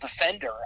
defender